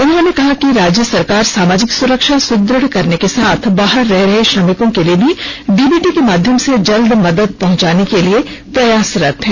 उन्होंने कहा कि राज्य सरकार सामाजिक सुरक्षा सुद्रढ़ करने के साथ बाहर रह रहे श्रमिकों के लिए भी डीबीटी के माध्यम से जल्द मदद पहुंचाने के लिए प्रयासरत है